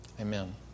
Amen